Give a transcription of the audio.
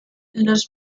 los